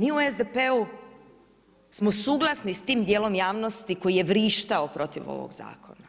Mi u SDP-u smo suglasni s tim dijelom jasnosti koji je vrištao protiv ovog zakona,